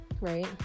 right